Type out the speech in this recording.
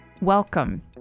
Welcome